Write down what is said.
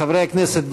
חברי הכנסת,